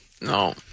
No